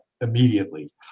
immediately